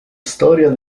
storia